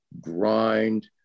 grind